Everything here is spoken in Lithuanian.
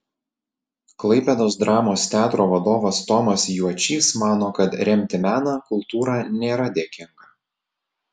klaipėdos dramos teatro vadovas tomas juočys mano kad remti meną kultūrą nėra dėkinga